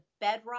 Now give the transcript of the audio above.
bedrock